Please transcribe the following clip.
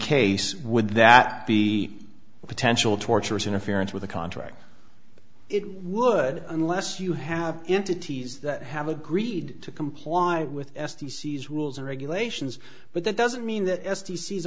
case would that be potential torturers interference with a contract it would unless you have entities that have agreed to comply with s d c's rules and regulations but that doesn't mean that